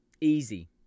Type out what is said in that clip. Easy